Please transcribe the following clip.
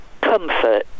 comfort